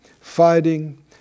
fighting